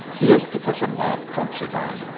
here's professor mark considine,